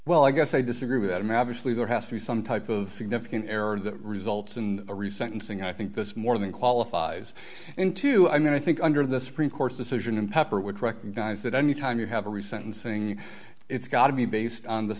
well i guess i disagree with i mean obviously there has to be some type of significant error that results in a recent thing i think this more than qualifies into i mean i think under the supreme court's decision and pepper would recognize that any time you have a resentencing it's got to be based on the